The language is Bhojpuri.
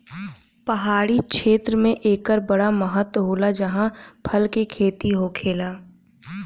पहाड़ी क्षेत्र मे एकर बड़ महत्त्व होला जाहा फल के खेती होखेला